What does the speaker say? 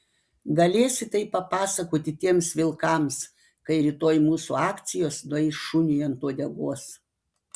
galėsi tai papasakoti tiems vilkams kai rytoj mūsų akcijos nueis šuniui ant uodegos